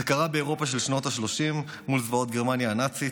זה קרה באירופה של שנות השלושים מול זוועות גרמניה הנאצית,